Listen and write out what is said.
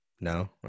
No